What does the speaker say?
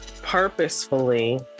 purposefully